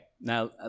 now